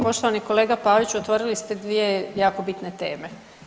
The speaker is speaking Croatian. Poštovani kolega Paviću otvorili ste dvije jako bitne teme.